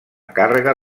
càrrega